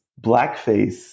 blackface